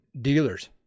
dealers